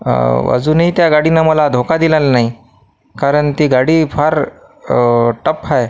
अजूनही त्या गाडीनं मला धोका दिलेला नाही कारण ती गाडी फार टफ आहे